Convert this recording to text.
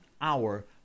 hour